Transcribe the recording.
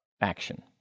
action